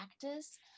practice